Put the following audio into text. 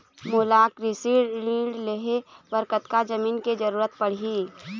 मोला कृषि ऋण लहे बर कतका जमीन के जरूरत पड़ही?